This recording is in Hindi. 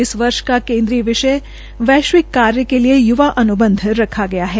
इस वर्ष का केन्द्रीय विषय वैश्विक कार्य के लिए य्वा अन्बंध रखा गया है